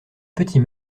petit